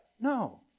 No